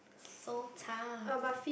so tough